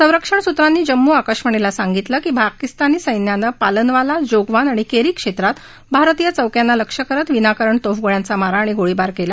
संरक्षण सूत्रांनी जम्मू आकाशवाणीला सांगितलं की पाकिस्तानी सैन्यानं पालनवाला जोगवान आणि केरी क्षेत्रात भारतीय चौक्यांना लक्ष्य करत विनाकारण तोफगोळ्यांचा मारा आणि गोळीबार केला